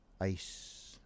ice